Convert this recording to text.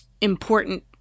important